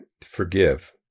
forgive